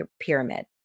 pyramid